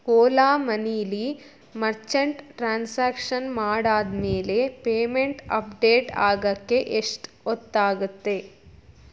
ಓಲಾ ಮನೀಲೀ merchant transaction ಮಾಡಾದ್ಮೇಲೆ payment update ಆಗಕ್ಕೆ ಎಷ್ಟು ಹೊತ್ತಾಗತ್ತೆ